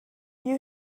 you